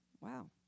Wow